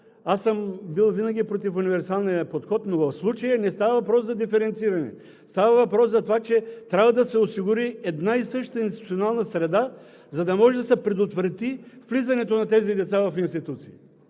аз съм бил винаги против универсалния подход, но в случая не става въпрос за диференциране, става въпрос за това, че трябва да се осигури една и съща институционална среда, за да може да се предотврати влизането на тези деца в институции.